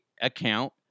account